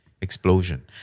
explosion